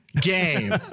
game